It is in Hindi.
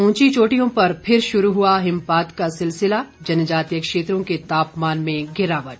ऊंची चोटियों पर फिर शुरू हुआ हिमपात का सिलसिला जनजातीय क्षेत्रों के तापमान में गिरावट